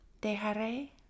dejaré